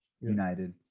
United